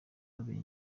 kabiri